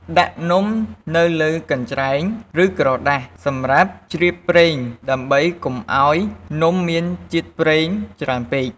ដាក់នំនៅលើកញ្ច្រែង ឬក្រដាសសម្រាប់ជ្រាបប្រេងដើម្បីកុំឱ្យនំមានជាតិប្រេងច្រើនពេក។